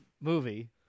movie